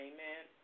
Amen